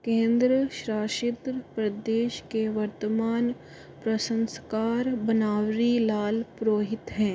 केंद्र शासित प्रदेश के वर्तमान प्रशासनकार बनवारीलाल पुरोहित हैं